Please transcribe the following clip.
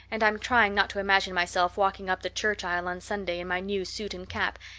and i'm trying not to imagine myself walking up the church aisle on sunday in my new suit and cap,